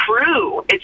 true